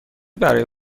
برای